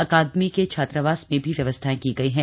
अकादमी के छात्रावास में भी व्यवस्थाएं की गई हैं